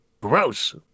Gross